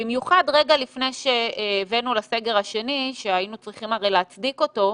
במיוחד רגע לפני שהבאנו לסגר השני שהיינו הרי צריכים להצדיק אותו,